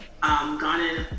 gone